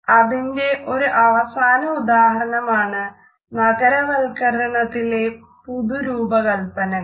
അതിന്റെ ഒരു അവസാന ഉദാഹരണമാണ് നഗരവല്ക്കരണത്തിലെ പുതുരൂപകല്പനകൾ